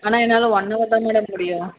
ஆனால் என்னால் one hour தான் மேடம் முடியும்